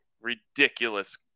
ridiculous –